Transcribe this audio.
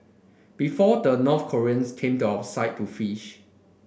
before the North Koreans came to our side to fish